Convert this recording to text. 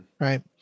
Right